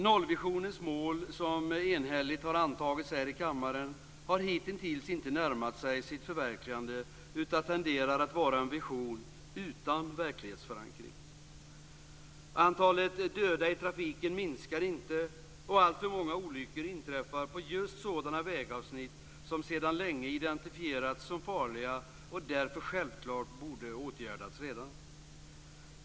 Nollvisionens mål, som enhälligt har antagits här i kammaren, har hitintills inte närmat sig sitt förverkligande utan tenderar att vara en vision utan verklighetsförankring. Antalet döda i trafiken minskar inte, och alltför många olyckor inträffar på just sådana vägavsnitt som sedan länge identifierats som farliga och därför självklart redan borde ha åtgärdats.